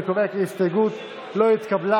אני קובע כי ההסתייגות לא התקבלה.